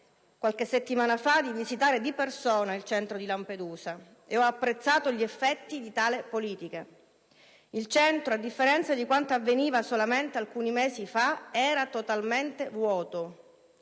(qualche settimana fa), di visitare di persona il centro di Lampedusa ed ho apprezzato gli effetti di tali politiche. Il centro, a differenza di quanto avveniva solamente alcuni mesi fa, era totalmente vuoto,